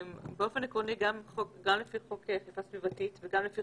באופן עקרוני גם לפי חוק אכיפה סביבתית וגם לפי